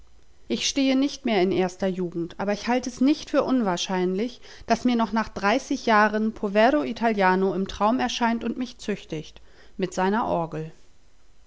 ich stehe nicht mehr in erster jugend aber ich halt es nicht für unwahrscheinlich daß mir noch nach dreißig jahren povero italiano im traum erscheint und mich züchtigt mit seiner orgel